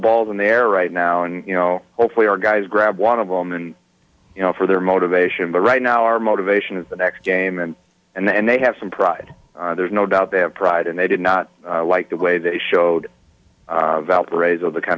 balls in there right now and you know hopefully our guys grab one of them and you know for their motivation the right now our motivation is the next game and and they have some pride there's no doubt they have pride and they did not like the way they showed valparaiso the kind